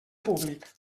públic